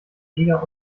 mega